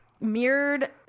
mirrored